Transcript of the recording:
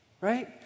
right